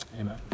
Amen